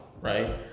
right